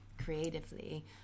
creatively